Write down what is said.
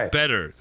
better